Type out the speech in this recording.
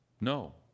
No